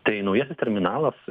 tai naujasis terminalas